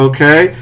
Okay